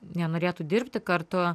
nenorėtų dirbti kartu